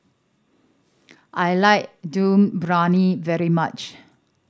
I like Dum Briyani very much